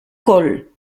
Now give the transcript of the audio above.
col